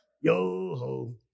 Yo-ho